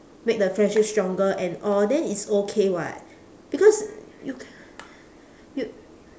make the friendship stronger and all then it's okay [what] because you c~ you